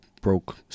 broke